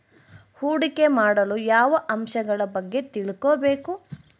ಹೂಡಿಕೆ ಮಾಡಲು ಯಾವ ಅಂಶಗಳ ಬಗ್ಗೆ ತಿಳ್ಕೊಬೇಕು?